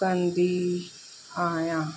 कंदी आहियां